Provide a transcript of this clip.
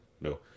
no